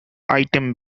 item